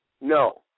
No